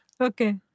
Okay